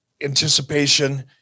anticipation